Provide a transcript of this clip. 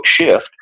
Shift